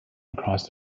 across